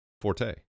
Forte